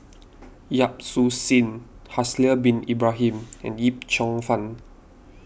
Yap Su Yin Haslir Bin Ibrahim and Yip Cheong Fun